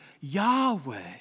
Yahweh